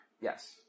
Yes